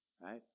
Right